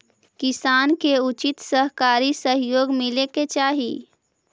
किसान के उचित सहकारी सहयोग मिले के चाहि